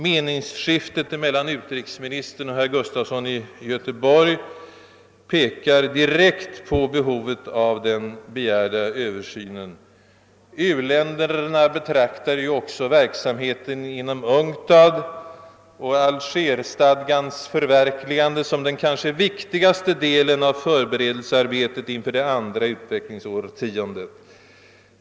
Meningsskiftet mellan utrikesministern och herr Gustafson i Göteborg pekar direkt på behovet av den begärda översynen. U-länderna betraktar ju också verksamheten inom UNCTAD och Al gerstadgans förverkligande som den kanske viktigaste delen av förberedelsearbetet inför det andra utvecklingsårtiondet.